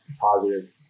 positive